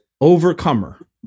Overcomer